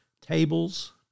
Tables